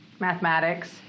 mathematics